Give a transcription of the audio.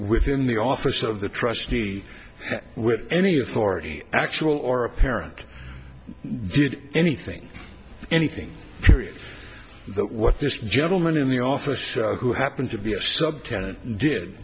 within the office of the trustee with any authority actual or apparent did anything anything period that what this gentleman in the office who happened to be a subtenant did